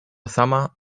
sama